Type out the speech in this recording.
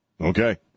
okay